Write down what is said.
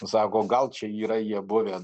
sako gal čia yra jie buvę